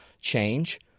change